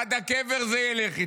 עד הקבר זה ילך איתכם.